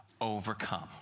overcome